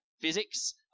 physics